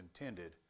intended